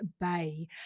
bay